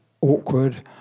awkward